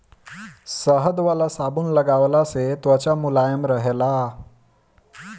शहद वाला साबुन लगवला से त्वचा मुलायम रहेला